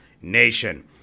Nation